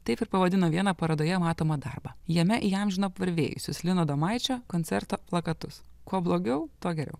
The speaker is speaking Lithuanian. taip ir pavadino vieną parodoje matomą darbą jame įamžino apvarvėjusius lino adomaičio koncerto plakatus kuo blogiau tuo geriau